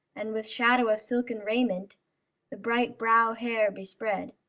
and with shadow of silken raiment the bright brown hair bespread.